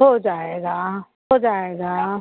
हो जाएगा हो जाएगा